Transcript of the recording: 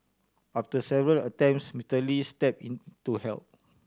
after several attempts Mister Lee step in to help